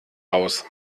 raus